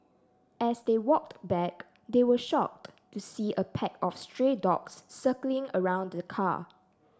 as they walked back they were shocked to see a pack of stray dogs circling around the car